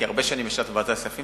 כי הרבה שנים ישבת בוועדת הכספים,